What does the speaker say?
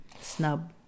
Snub